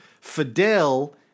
Fidel